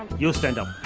you stand up.